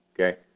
okay